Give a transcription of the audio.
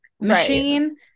machine